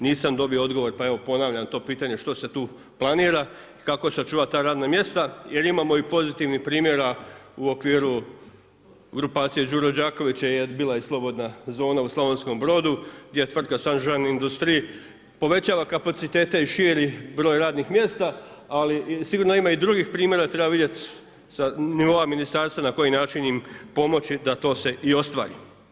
Nisam dobio odgovor, pa evo ponavljam to pitanje što se tu planira i kako sačuvati ta radna mjesta jer imamo i pozitivnih primjera u okviru grupacije Đuro Đakovića, bila je slobodna zona u Slavonskom Brodu gdje je tvrtka ... povećala kapacitete i širi broj radnih mjesta, ali sigurno ima i drugih primjera, treba vidjeti sa nivo ministarstva na koji način im pomoći da to se i ostvari.